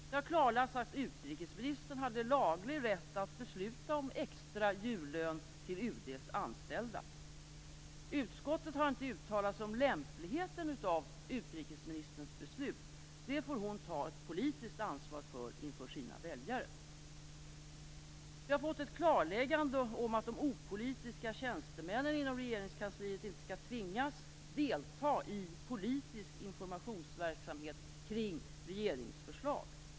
Det har klarlagts att utrikesministern hade laglig rätt att besluta om extra jullön till UD:s anställda. Utskottet har inte uttalat sig om lämpligheten av utrikesministerns beslut. Det får hon ta ett politiskt ansvar för inför sina väljare. Vi har fått ett klarläggande om att de opolitiska tjänstemännen inom Regeringskansliet inte skall tvingas att delta i politisk informationsverksamhet om regeringsförslag.